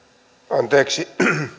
anteeksi